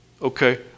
Okay